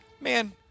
man